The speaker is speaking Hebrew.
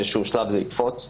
באיזשהו שלב זה יקפוץ.